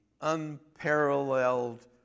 unparalleled